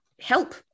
help